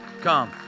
Come